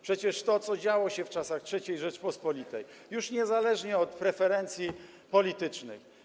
Przecież to, co działo się w czasach III Rzeczypospolitej, już niezależnie od preferencji politycznych.